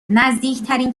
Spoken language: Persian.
نزدیکترین